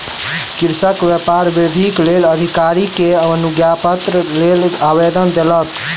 कृषक व्यापार वृद्धिक लेल अधिकारी के अनुज्ञापत्रक लेल आवेदन देलक